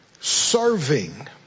serving